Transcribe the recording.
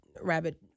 rabbit